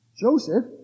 Joseph